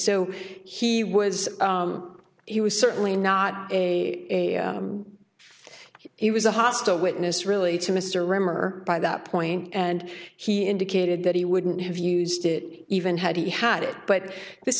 so he was he was certainly not a he was a hostile witness really to mr rimmer by that point and he indicated that he wouldn't have used it even had he had it but this